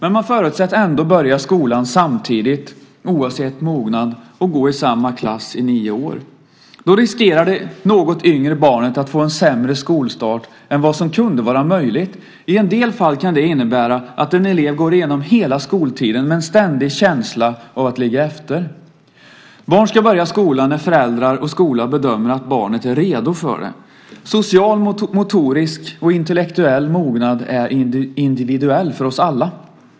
Ändå förutsätts man börja skolan samtidigt, oavsett mognad, och gå i samma klass i nio år. Då riskerar det något yngre barnet att få en sämre skolstart än vad som kunde vara möjligt. I en del fall kan det innebära att en elev går igenom hela skoltiden med en ständig känsla av att ligga efter. Barn ska börja skolan när föräldrar och skola bedömer att barnet är redo för det. Social, motorisk och intellektuell mognad är individuell för oss alla.